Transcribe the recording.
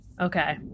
okay